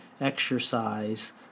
exercise